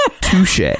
Touche